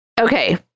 Okay